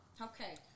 Okay